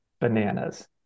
bananas